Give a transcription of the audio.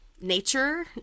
nature